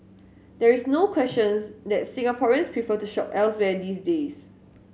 there is no questions that Singaporeans prefer to shop elsewhere these days